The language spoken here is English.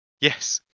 yes